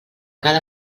cal